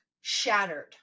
shattered